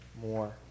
more